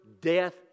death